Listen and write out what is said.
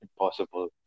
impossible